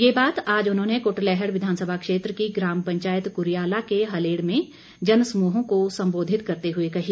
ये बात आज उन्होंने कुटलैहड़ विधानसभा क्षेत्र की ग्राम पंचायत कुरियाला के हलेड़ में जन समूहों को सम्बोधित करते हुए कही